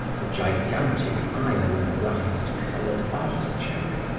a gigantic iron rust-colored artichoke,